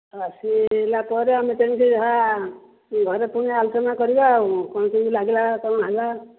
ଆଉ ଆସିଲା ପରେ ଆମେ ତେଣିକି ଯାହା ଘରେ ପୁଣି ଆଲୋଚନା କରିବା ଆଉ କ'ଣ କେମିତି ଲାଗିଲା କ'ଣ ହେଲା